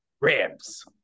Ribs